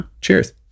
cheers